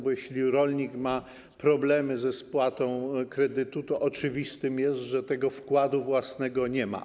Bo jeśli rolnik ma problemy ze spłatą kredytu, to oczywiste jest, że tego wkładu własnego nie ma.